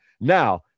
Now